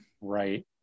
right